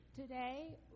Today